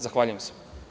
Zahvaljujem se.